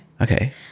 Okay